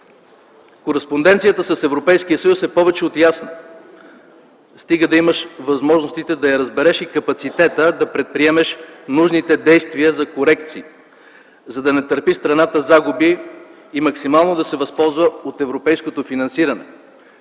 Кореспонденцията с Европейския съюз е повече от ясна, стига да имаш възможностите да я разбереш и капацитета да предприемеш нужните действия за корекции, за да не търпи страната загуби и максимално да се възползва от европейското финансиране.